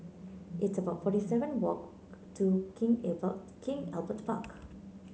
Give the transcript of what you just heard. it's about forty seven walk to King Albert King Albert Park